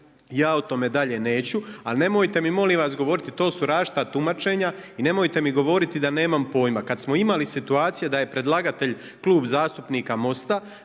ja o tome dalje neću. Ali nemojte mi molim vas govoriti to su različita tumačenja i nemojte mi govoriti da nemam pojma. Kad smo imali situacija da je predlagatelj Klub zastupnika MOST-a,